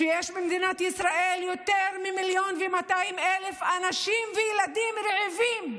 שיש במדינת ישראל יותר מ-1.2 מיליון אנשים וילדים רעבים,